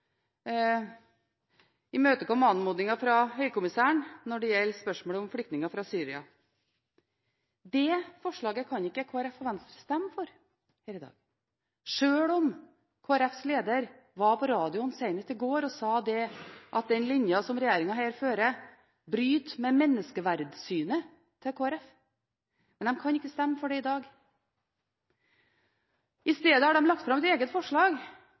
fra høykommissæren når det gjelder spørsmålet om flyktninger fra Syria. Det spørsmålet kan ikke Kristelig Folkeparti og Venstre stemme for, sjøl om Kristelig Folkepartis leder senest i går var på radioen og sa at den linja som regjeringen her fører, bryter med Kristelig Folkepartis syn på menneskeverdet. Men de kan ikke stemme for det i dag. I stedet har de vært med på å legge fram et eget forslag